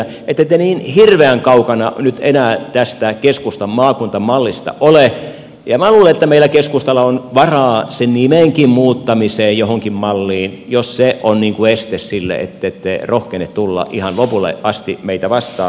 ette te niin hirveän kaukana nyt enää tästä keskustan maakuntamallista ole ja minä luulen että meillä keskustalla on varaa sen nimenkin muuttamiseen johonkin malliin jos se on este että te ette rohkene tulla ihan lopulle asti meitä vastaan